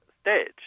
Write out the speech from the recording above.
stage